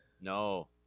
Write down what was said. no